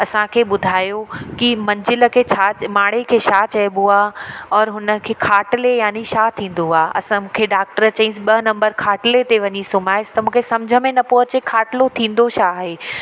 असांखे ॿुधायो की मंज़िल खे छा माड़े खे छा चइबो आहे और हुन खे खाटले याने छा थींदो आहे असां मूंखे डॉक्टर चइसि ॿ नंबर खाटले ते वञी सुमाइस त मूंखे सम्झ में न पोइ अचे खाटलो थींदो छा आहे